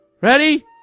Ready